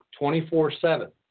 24-7